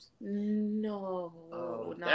no